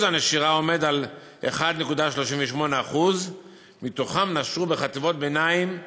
שיעור הנשירה עומד על 1.38%. מתוכם נשרו בחטיבת הביניים